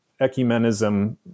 ecumenism